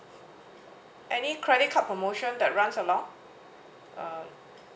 any credit card promotion that runs along uh